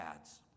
ads